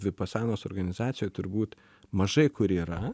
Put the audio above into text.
vipasanos organizacijoj turbūt mažai kur yra